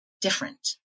different